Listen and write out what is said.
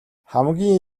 хамгийн